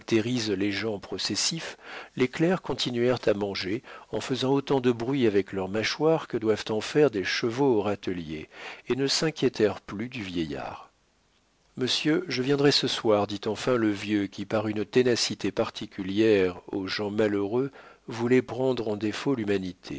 les gens processifs les clercs continuèrent à manger en faisant autant de bruit avec leurs mâchoires que doivent en faire des chevaux au râtelier et ne s'inquiétèrent plus du vieillard monsieur je viendrai ce soir dit enfin le vieux qui par une ténacité particulière aux gens malheureux voulait prendre en défaut l'humanité